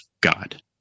God